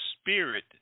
spirit